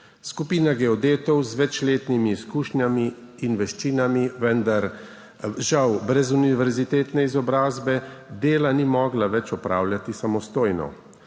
Skupina geodetov z večletnimi izkušnjami in veščinami, vendar žal brez univerzitetne izobrazbe, dela ni mogla več opravljati samostojno.